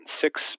six